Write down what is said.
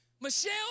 Michelle